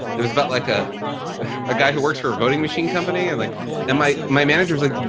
it was about like a a guy who works for a voting machine company and like and my my manager was like,